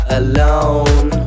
alone